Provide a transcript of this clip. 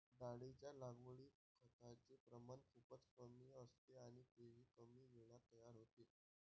डाळींच्या लागवडीत खताचे प्रमाण खूपच कमी असते आणि तेही कमी वेळात तयार होते